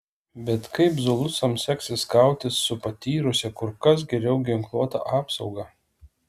bet kaip zulusams seksis kautis su patyrusia kur kas geriau ginkluota apsauga